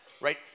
right